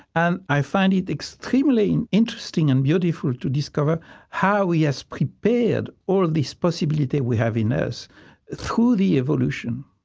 and i find it extremely and interesting and beautiful to discover how he has prepared all this possibility we have in us through the evolution